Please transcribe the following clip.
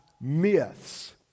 myths